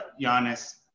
Giannis